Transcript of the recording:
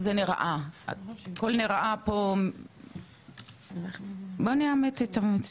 בואו נאמת את המציאות ונבין איך זה נראה בעיניים זרות.